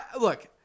look